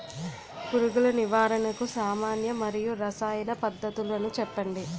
పురుగుల నివారణకు సామాన్య మరియు రసాయన పద్దతులను చెప్పండి?